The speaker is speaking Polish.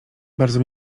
bardzo